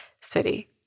city